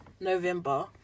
november